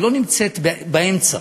היא לא נמצאת באמצע.